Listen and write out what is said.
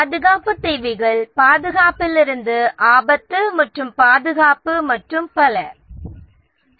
பாதுகாப்புத் தேவைகள் ஆபத்திலிருந்து பாதுகாப்பு மற்றும் பாதுகாப்பு ஆனது